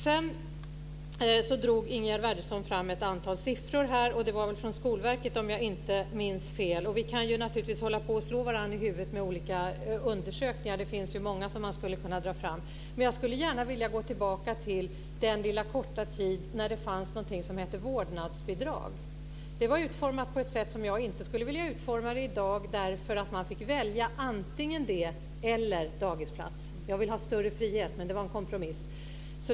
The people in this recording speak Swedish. Sedan drog Ingegerd Wärnersson fram ett antal siffror. Det var väl från Skolverket, om jag inte minns fel. Vi kan naturligtvis slå varandra i huvudet med olika undersökningar. Det finns ju många som man skulle kunna dra fram. Jag skulle gärna vilja gå tillbaka till den lilla korta tid när det fanns någonting som hette vårdnadsbidrag. Det var utformat på ett sätt som jag inte skulle vilja utforma det i dag. Man fick nämligen välja antingen det eller dagisplats. Jag vill ha större frihet. Men det var en kompromiss.